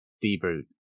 debut